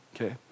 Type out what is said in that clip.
okay